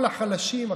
כל החלשים,